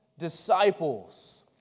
Disciples